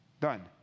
Done